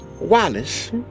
Wallace